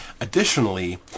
Additionally